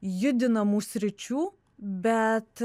judinamų sričių bet